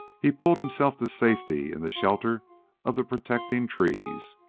he pulled himself to safety in the shelter of the protecting trees,